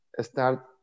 start